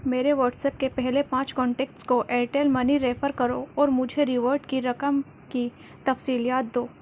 میرے WhatsApp کے پہلے پانچ کانٹیکٹس کو ایرٹیل منی ریفر کرو اور مجھے ریورڈ کی رقم کی تفصیلات دو